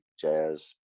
jazz